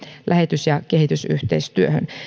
lähetys ja kehitysyhteistyöhön